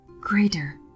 greater